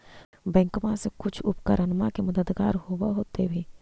बैंकबा से कुछ उपकरणमा के मददगार होब होतै भी?